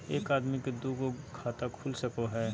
एक आदमी के दू गो खाता खुल सको है?